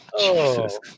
Jesus